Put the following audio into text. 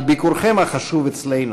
על ביקורכם החשוב אצלנו.